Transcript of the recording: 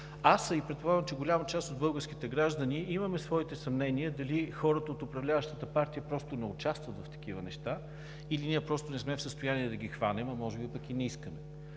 Предполагам, че голяма част от българските граждани имат своите съмнения дали хората от управляваща партия просто не участват в такива неща, или ние не сме в състояние да ги хванем, а може би и не искаме.